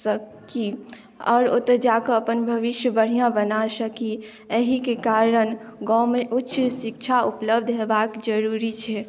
सकी आओर ओतऽ जाकऽ अपन भविष्य बढ़िऑं ब ना सकी के कारण गाँवमे उच्च शिक्षा उपलब्ध हेबाक जरूरी छै